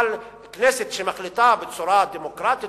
אבל כנסת שמחליטה בצורה דמוקרטית